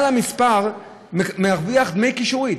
בעל המספר מרוויח דמי קישוריות.